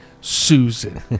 Susan